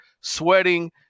sweating